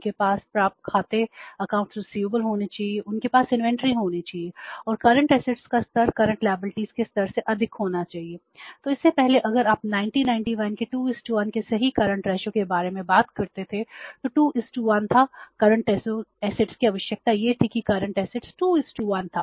उनके पास इन्वेंट्री 2 1 था